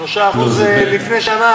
3% זה לפני שנה,